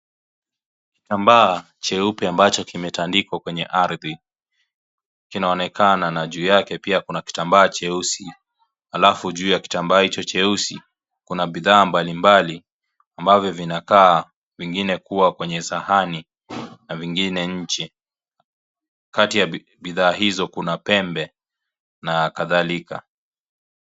Kitambaa cheupe ambacho kimetandikwa kwenye ardhi kinaonekana na juu yake pia kuna kitambaa cheusi. Halafu juu ya kitambaa hicho cheusi kuna bidhaa mbalimbali ambavyo vinakaa vingine kuwa kwenye sahani na vingine nje. Kati ya bidhaa hizo kuna pembe na kadhalika.